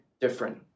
different